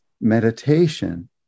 meditation